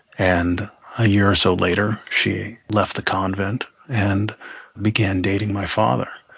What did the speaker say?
and a year or so later, she left the convent and began dating my father.